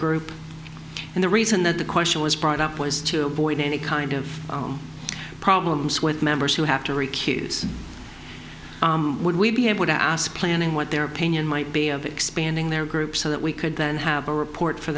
group and the reason that the question was brought up was to avoid any kind of problems with members who have to recuse would we be able to ask planning what their opinion might be of expanding their group so that we could then have a report for